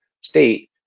state